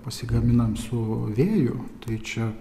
pasigaminame su vėju tai čia